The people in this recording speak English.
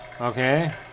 Okay